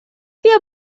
بیا